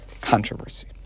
controversy